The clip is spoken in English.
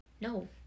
No